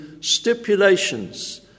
stipulations